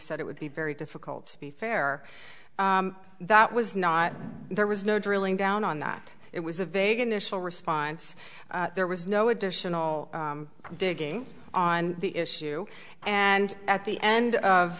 said it would be very difficult to be fair that was not there was no drilling down on that it was a vague initial response there was no additional digging on the issue and at the end of